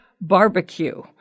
barbecue